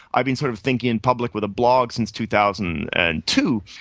i've been sort of thinking in public with a blog since two thousand and two,